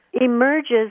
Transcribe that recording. emerges